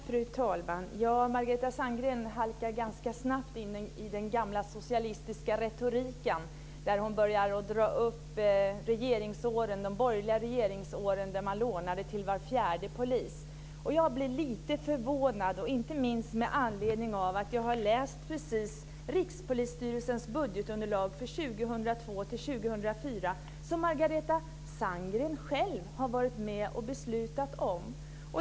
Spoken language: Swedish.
Fru talman! Margareta Sandgren halkar ganska snabbt in i den gamla socialistiska retoriken när hon drar upp de borgerliga regeringsåren då man lånade till var fjärde polis. Jag blir lite förvånad här, inte minst med anledning av att jag just har läst Rikspolisstyrelsens budgetunderlag för 2002-2004 som Margareta Sandgren själv har varit med och beslutat om.